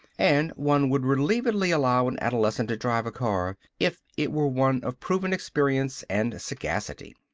and one would relievedly allow an adolescent to drive a car if it were one of proven experience and sagacity.